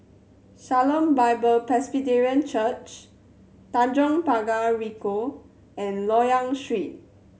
Shalom Bible Presbyterian Church Tanjong Pagar Ricoh and Loyang Street